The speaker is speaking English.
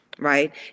Right